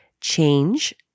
Change